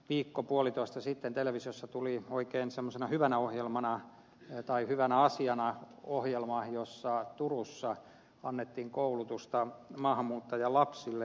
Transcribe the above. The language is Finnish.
viikko puolitoista sitten televisiossa tulin oikein semmosena hyvänä ohjelmana ja tuli hyvänä asiana ohjelma jossa turussa annettiin koulutusta maahanmuuttajalapsille